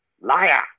Liar